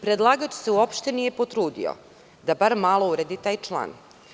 Predlagač se uopšte nije potrudio da bar malo uredi taj član.